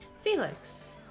Felix